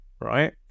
right